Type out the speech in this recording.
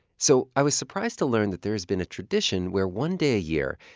so i was surprised to learn that there has been a tradition where, one day a year,